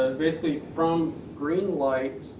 and basically from green light,